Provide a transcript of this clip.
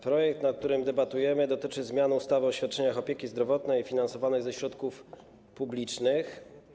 Projekt ustawy, nad którym debatujemy, dotyczy zmiany ustawy o świadczeniach opieki zdrowotnej finansowanych ze środków publicznych.